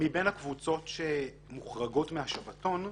מבין הקבוצות שמוחרגות מהשבתון,